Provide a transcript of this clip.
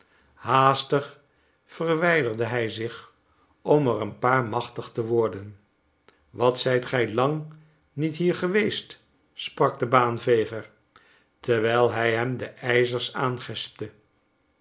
haastig verwijderde hij zich om er een paar machtig te worden wat zijt gij lang niet hier geweest sprak de baanveger terwijl hij hem de ijzers aangespte